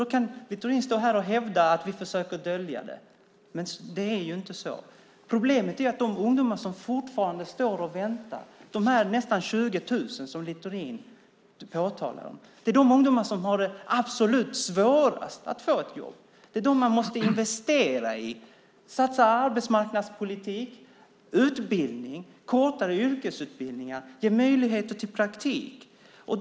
Då kan han stå här och hävda att vi försöker dölja detta, men så är det inte. Problemet är att de ungdomar som fortfarande står och väntar, de nästan 20 000 som Littorin talar om, har det absolut svårast att få ett jobb. Det är dessa ungdomar som man måste investera i. Man måste satsa på arbetsmarknadspolitik, utbildning, kortare yrkesutbildningar och ge möjligheter till praktik.